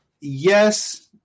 yes